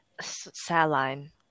Saline